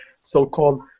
so-called